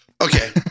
okay